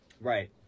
right